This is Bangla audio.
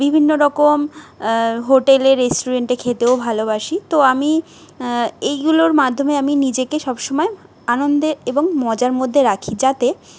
বিভিন্ন রকম হোটেলে রেস্টুরেন্টে খেতেও ভালোবাসি তো আমি এইগুলোর মাধ্যমে আমি নিজেকে সবসময় আনন্দে এবং মজার মধ্যে রাখি যাতে